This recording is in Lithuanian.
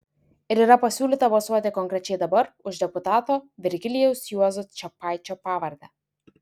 ir yra pasiūlyta balsuoti konkrečiai dabar už deputato virgilijaus juozo čepaičio pavardę